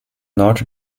not